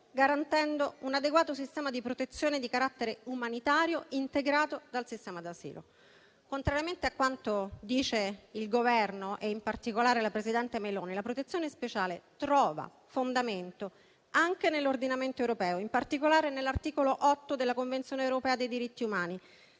garantendo un adeguato sistema di protezione di carattere umanitario integrato dal sistema d'asilo. Contrariamente a quanto dice il Governo e in particolare la presidente Meloni, la protezione speciale trova fondamento anche nell'ordinamento europeo, specialmente nell'articolo 8 della Convenzione europea dei diritti